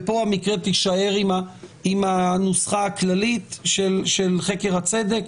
פה המקרה יישאר עם הנוסחה הכללית של חקר הצדק?